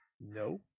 No